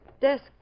desk